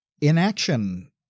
inaction